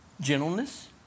gentleness